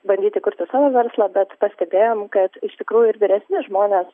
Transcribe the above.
bandyti kurti savo verslą bet pastebėjom kad iš tikrųjų ir vyresni žmonės